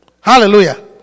Hallelujah